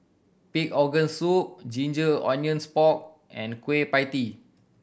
pig organ soup ginger onions pork and Kueh Pie Tee